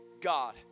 God